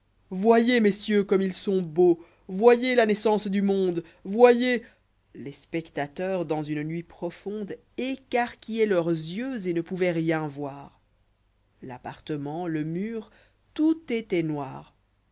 voyez messieurs comme ils sont beaux l voyez la naissance dû monde voyez les spectateurs dans une nuit profonde écarquilloient leurs yeux et ne pouvoient rien voirf l'appartement le mur tout était noir